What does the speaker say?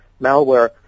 malware